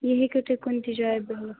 یہِ ہیٚکِو تۄہہِ کُنہِ تہِ جایہِ بٔنِتھ